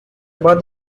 about